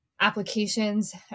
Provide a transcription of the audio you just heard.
applications